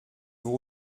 vous